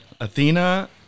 Athena